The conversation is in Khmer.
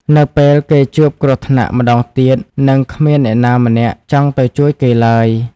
នៅពេលគេជួបគ្រោះថ្នាក់ម្ដងទៀត នឹងគ្មានអ្នកណាម្នាក់ចង់ទៅជួយគេឡើយ។